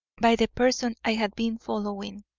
by the person i had been following.